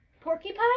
Porcupine